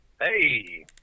Hey